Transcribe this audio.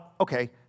okay